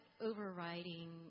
overriding